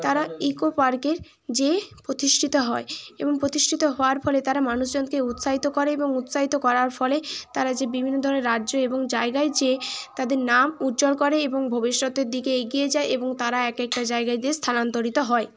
তারা ইকো পার্কের যেয়ে প্রতিষ্ঠিত হয় এবং প্রতিষ্ঠিত হওয়ার ফলে তারা মানুষজনকে উৎসাহিত করে এবং উৎসাহিত করার ফলে তারা যে বিভিন্ন ধরনের রাজ্য এবং জায়গায় যেয়ে তাদের নাম উজ্জ্বল করে এবং ভবিষ্যতের দিকে এগিয়ে যায় এবং তারা এক একটা জায়গায় দিয়ে স্থানান্তরিত হয়